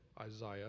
Isaiah